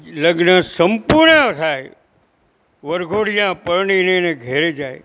લગ્ન સંપૂર્ણ થાય વરઘોડિયા પરણીને એને ઘેર જાય